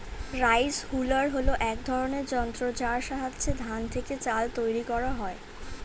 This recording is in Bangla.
রাইস হুলার হল এক ধরনের যন্ত্র যার সাহায্যে ধান থেকে চাল তৈরি করা হয়